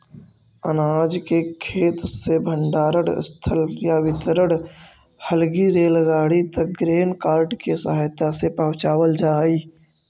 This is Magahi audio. अनाज के खेत से भण्डारणस्थल या वितरण हलगी रेलगाड़ी तक ग्रेन कार्ट के सहायता से पहुँचावल जा हई